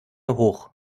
hoch